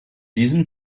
diesem